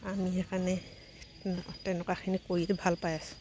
আমি সেইকাৰণে তেনেকুৱাখিনি কৰি ভাল পাই আছোঁ